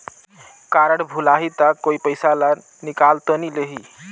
Card भुलाही ता कोई पईसा ला निकाल तो नि लेही?